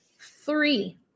three